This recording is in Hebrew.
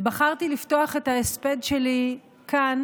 ובחרתי לפתוח את ההספד שלי כאן